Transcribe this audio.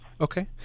Okay